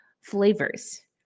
flavors